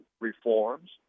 reforms